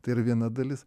tai yra viena dalis